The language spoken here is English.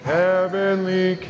heavenly